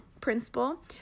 principle